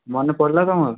ମନେ ପଡ଼ିଲା ତମର